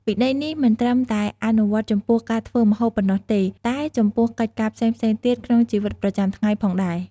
វិន័យនេះមិនត្រឹមតែអនុវត្តចំពោះការធ្វើម្ហូបប៉ុណ្ណោះទេ តែចំពោះកិច្ចការផ្សេងៗទៀតក្នុងជីវិតប្រចាំថ្ងៃផងដែរ។